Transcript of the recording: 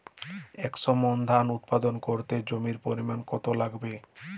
একশো মন ধান উৎপাদন করতে জমির পরিমাণ কত লাগবে?